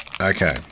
Okay